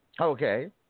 Okay